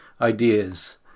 ideas